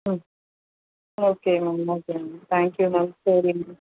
ம் okay ma'am okay ma'am thank you ma'am சரி ma'am